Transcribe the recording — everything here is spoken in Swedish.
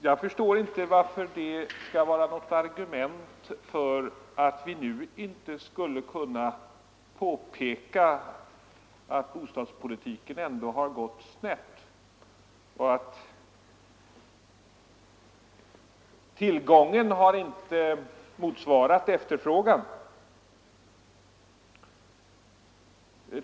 Jag förstår inte varför det skulle vara något argument för att vi nu inte skulle kunna påpeka att bostadspolitiken ändå har gått snett och att tillgången inte har motsvarat efterfrågan.